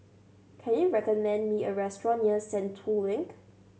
can you recommend me a restaurant near Sentul Link